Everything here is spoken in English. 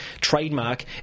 trademark